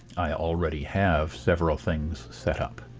i already have several things set up